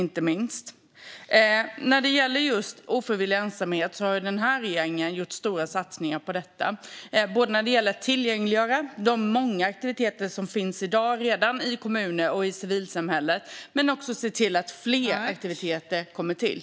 När det gäller ofrivillig ensamhet har den här regeringen gjort stora satsningar på detta när det gäller att tillgängliggöra de många aktiviteter som redan i dag finns i kommunerna och i civilsamhället men också se till att fler aktiviteter kommer till.